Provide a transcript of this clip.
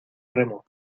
remo